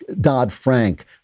Dodd-Frank